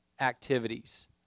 activities